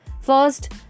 First